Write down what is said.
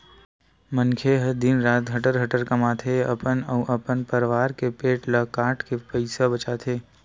मनखे ह दिन रात हटर हटर कमाथे, अपन अउ अपन परवार के पेट ल काटके पइसा बचाथे